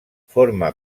forma